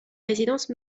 résidence